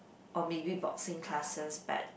or maybe boxing classes but